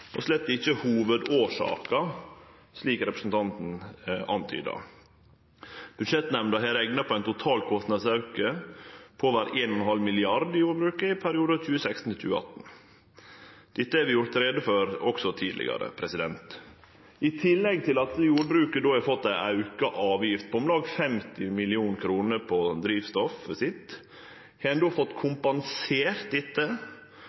og er slett ikkje hovudårsaka, slik representanten antyda. Budsjettnemnda har rekna ein total kostnadsauke på over 1,5 mrd. kr i jordbruket i perioden 2016–2018. Dette er det gjort greie for også tidlegare. I tillegg til at jordbruket har fått ei auka avgift på om lag 50 mill. kr på drivstoffet sitt, har ein fått kompensert dette